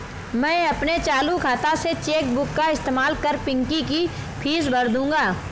मैं अपने चालू खाता से चेक बुक का इस्तेमाल कर पिंकी की फीस भर दूंगा